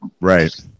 Right